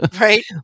right